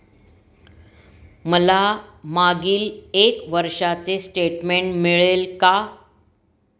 मला मागील एक वर्षाचे स्टेटमेंट मिळेल का?